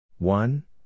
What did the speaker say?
One